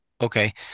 Okay